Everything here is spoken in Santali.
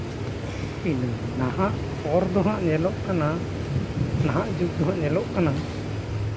ᱤᱱᱟᱹ ᱱᱟᱦᱟᱜ ᱯᱚᱨ ᱫᱚᱦᱟᱸᱜ ᱧᱮᱞᱚᱜ ᱠᱟᱱᱟ ᱱᱟᱦᱟᱸᱜ ᱡᱩᱜᱽ ᱫᱚᱦᱟᱸᱜ ᱧᱮᱞᱚᱜ ᱠᱟᱱᱟ